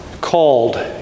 Called